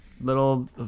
little